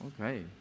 Okay